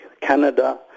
Canada